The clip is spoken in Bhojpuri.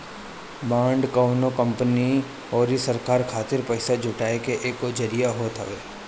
बांड कवनो कंपनी अउरी सरकार खातिर पईसा जुटाए के एगो जरिया होत हवे